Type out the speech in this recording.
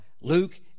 Luke